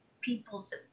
people's